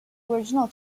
original